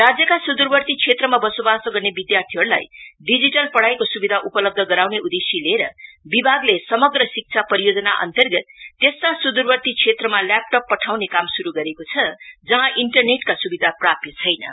राज्यका सूइखर्ती क्षेत्रमा वसोवासो गर्ने विधार्थीहरुलाई डिजिटल पढाईको सुविधा उपलब्ध गराउने उदेश्य लिएर विभागले समग्र शिक्षा परियोजना अन्तर्गत क्षेत्रमा ल्येपटप पठाइयने काम शुरु गरेको छ जहाँ इन्टरनेटका स्विधा प्राप्त छैनन्